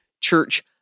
church